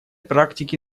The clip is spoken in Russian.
практике